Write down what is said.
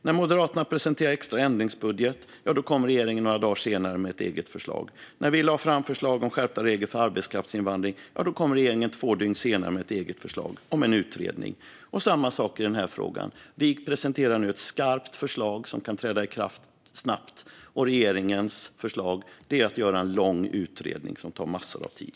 När Moderaterna presenterade en extra ändringsbudget kom regeringen några dagar senare med ett eget förslag. När vi lade fram förslag om skärpta regler för arbetskraftsinvandring kom regeringen två dygn senare med ett eget förslag om en utredning. Det är samma sak i den här frågan. Vi presenterar nu ett skarpt förslag som kan träda i kraft snabbt, och regeringens förslag är att göra en lång utredning som tar massor av tid.